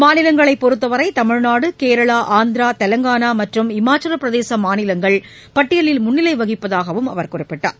மாநிலங்களைப் பொறுத்தவரைதமிழ்நாடு கேரளா ஆந்திரா தெலங்கானாமற்றம் இமாச்சலபிரதேசமாநிலங்கள் பட்டியலில் முன்னிலைவகிப்பதாகவும் அவர் குறிப்பிட்டார்